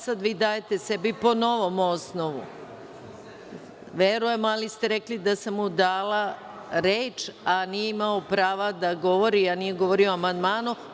Sad vi dajete sebi po novom osnovu. (Dejan Nikolić: Član 107.) Verujem, ali ste rekli da sam mu dala reč, a nije imao prava da govori, a nije govorio o amandmanu.